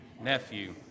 nephew